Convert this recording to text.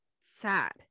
sad